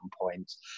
points